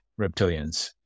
reptilians